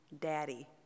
daddy